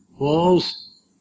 walls